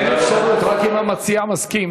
אין אפשרות, רק אם המציע מסכים.